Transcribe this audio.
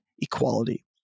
equality